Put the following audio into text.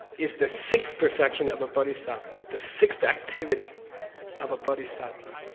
is the sixth perfection of a bodhisattva the sixth activity of a bodhisattva,